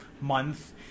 month